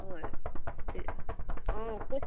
হয় অঁ